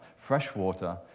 fresh water,